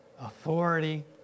authority